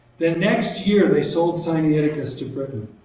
the next year they sold sinaiticus to britain.